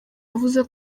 yavuze